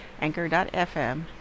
anchor.fm